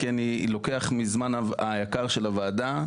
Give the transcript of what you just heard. כי אני לוקח מהזמן היקר של הוועדה.